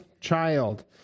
child